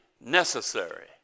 necessary